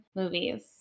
movies